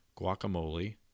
guacamole